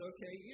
Okay